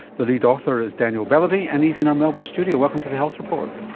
the lead author is daniel belavy and he's in our melbourne studio. welcome to the health report.